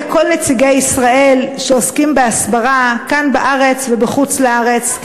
כל נציגי ישראל שעוסקים בהסברה כאן בארץ ובחוץ-לארץ,